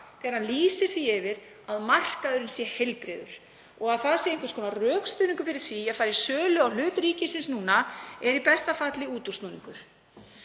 þegar hann lýsti því yfir að markaðurinn væri heilbrigður. Það að segja að það sé rökstuðningur fyrir því að fara í sölu á hlut ríkisins núna er í besta falli útúrsnúningur.